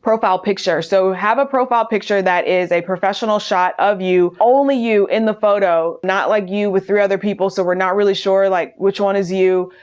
profile picture, so have a profile picture that is a professional shot of you, only you in the photo, not like you with three other people so we're not really sure like which one is you.